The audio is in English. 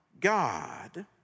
God